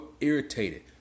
irritated